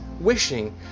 wishing